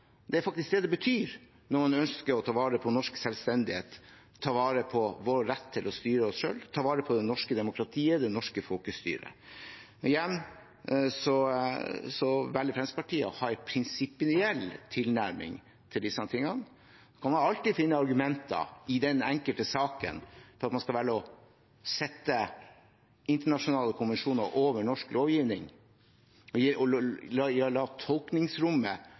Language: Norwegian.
Det er faktisk det det betyr når man ønsker å ta vare på norsk selvstendighet, ta vare på vår rett til å styre oss selv, ta vare på det norske demokratiet, det norske folkestyret. Igjen velger Fremskrittspartiet å ha en prinsipiell tilnærming til disse tingene. Man kan alltid finne argumenter i den enkelte saken for at man skal velge å sette internasjonale konvensjoner over norsk lovgivning og